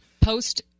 post